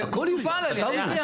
הכול יופעל על ידי העירייה.